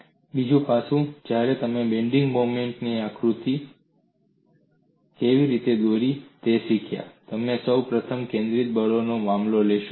અને બીજું પાસું જ્યારે તમે બેન્ડિંગ મોમેન્ટ આકૃતિ કેવી રીતે દોરવી તે શીખ્યા તમે સૌ પ્રથમ કેન્દ્રિત દળોનો મામલો લેશો